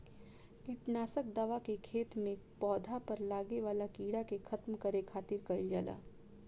किट नासक दवा के खेत में पौधा पर लागे वाला कीड़ा के खत्म करे खातिर कईल जाला